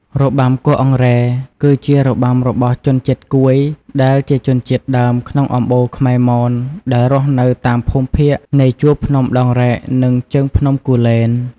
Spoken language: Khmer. របាំគោះអង្រែ គឺជារបាំរបស់ជនជាតិគួយ ដែលជាជនជាតិដើមក្នុងអំបូរខ្មែរមន ដែលរស់នៅតាមភូមិភាគនៃជួរភ្នំដងរែកនិងជើងភ្នំគូលែន។